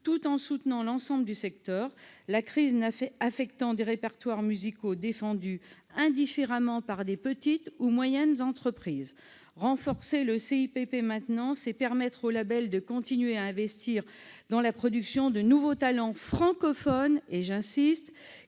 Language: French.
tout en soutenant l'ensemble du secteur, la crise affectant des répertoires musicaux défendus indifféremment par des petites ou des moyennes entreprises. Renforcer le CIPP maintenant, c'est permettre aux labels de continuer à investir dans la production de nouveaux talents francophones- j'insiste